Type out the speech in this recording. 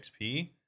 xp